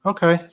Okay